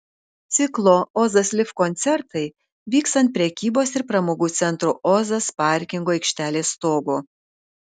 ciklo ozas live koncertai vyks ant prekybos ir pramogų centro ozas parkingo aikštelės stogo